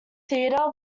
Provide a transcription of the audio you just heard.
theater